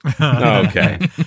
Okay